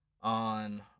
on